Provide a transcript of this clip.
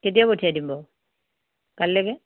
কেতিয়া পঠিয়াই দিম বাৰু কালিলৈকে